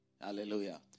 Hallelujah